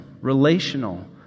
relational